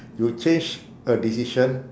you change a decision